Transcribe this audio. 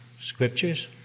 scriptures